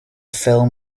film